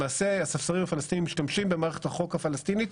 למעשה הספסרים הפלסטינים משתמשים במערכת החוק הפלסטינית,